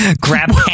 grab